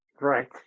Right